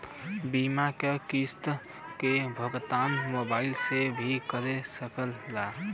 बीमा के किस्त क भुगतान मोबाइल से भी कर सकी ला?